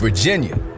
Virginia